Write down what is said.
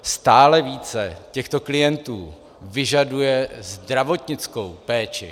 Stále více těchto klientů vyžaduje zdravotnickou péči.